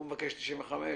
הוא מבקש 95,